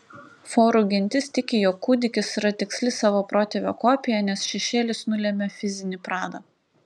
forų gentis tiki jog kūdikis yra tiksli savo protėvio kopija nes šešėlis nulemia fizinį pradą